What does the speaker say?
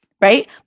right